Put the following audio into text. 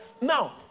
Now